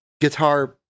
guitar